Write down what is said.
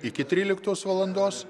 iki tryliktos valandos